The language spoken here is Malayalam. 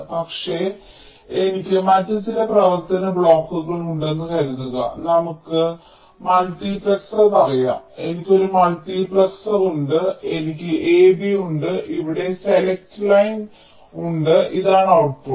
പക്ഷേ എനിക്ക് മറ്റ് ചില പ്രവർത്തന ബ്ലോക്കുകൾ ഉണ്ടെന്ന് കരുതുക നമുക്ക് മൾട്ടിപ്ലക്സർ പറയാം എനിക്ക് ഒരു മൾട്ടിപ്ലക്സർ ഉണ്ട് എനിക്ക് A B ഉണ്ട് ഇവിടെ സെലക്ട് ലൈൻ ഉണ്ട് ഇതാണ് ഔട്ട്പുട്ട്